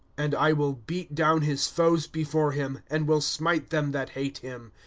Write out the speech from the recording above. and i will beat down his foes before him, and will smite them that hate him.